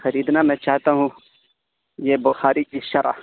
خریدنا میں چاہتا ہوں یہ بخاری کی شرح